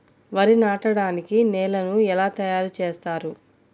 వరి నాటడానికి నేలను ఎలా తయారు చేస్తారు?